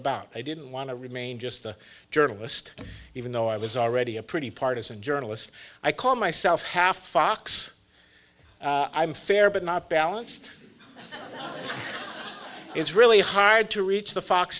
about i didn't want to remain just a journalist even though i was already a pretty partisan journalist i call myself half fox i'm fair but not balanced it's really hard to reach the fox